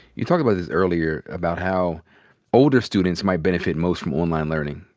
you talked about this earlier about how older students might benefit most from online learning.